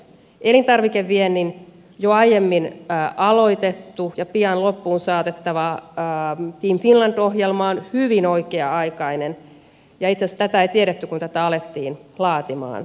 elintarvikeviennin jo aiemmin aloitettu ja pian loppuun saatettava team finland ohjelma on hyvin oikea aikainen ja itse asiassa tätä ei tiedetty kun sitä alettiin laatimaan